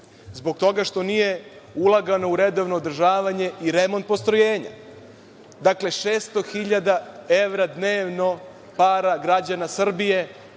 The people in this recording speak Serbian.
zbog toga što nije ulagano u redovno održavanje i remont postrojenja? Dakle, 600 hiljada evra dnevno, para građana Srbije